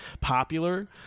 popular